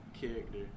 character